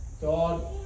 God